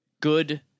good